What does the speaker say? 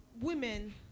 Women